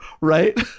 right